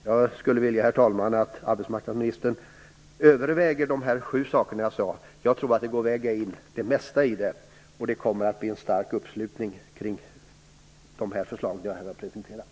Jag skulle, herr talman, vilja att arbetsmarknadsministern överväger de sju typer av insatser som jag nämnt. Jag tror att det mesta av dem kan realiseras, och det skulle bli en stark uppslutning kring de förslag som jag här har presenterat.